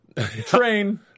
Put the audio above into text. train